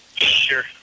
Sure